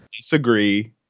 disagree